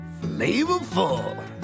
flavorful